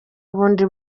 bundi